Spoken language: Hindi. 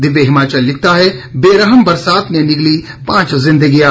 दिव्य हिमाचल लिखता है बेरहम बरसात ने निगली पांच जिन्दगियां